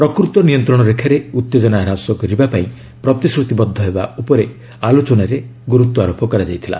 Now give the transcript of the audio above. ପ୍ରକୃତ ନିୟନ୍ତ୍ରଣରେଖାରେ ଉତ୍ତେଜନା ହ୍ରାସ କରିବା ପାଇଁ ପ୍ରତିଶ୍ରତିବଦ୍ଧ ହେବା ଉପରେ ଆଲୋଚନାରେ ଗୁରୁତ୍ୱ ଦିଆଯାଇଥିଲା